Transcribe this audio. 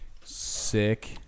Sick